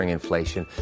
inflation